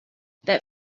that